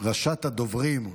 ראשונת הדוברים,